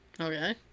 Okay